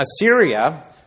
Assyria